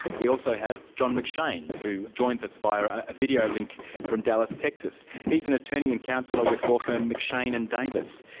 we also have john mcshane, who joins us via a videolink from dallas, texas. he's an attorney and councillor with law firm mcshane and davis.